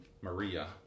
Maria